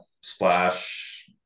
splash